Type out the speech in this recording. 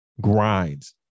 grinds